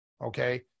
Okay